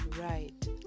right